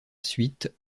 suite